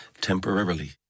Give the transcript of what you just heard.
temporarily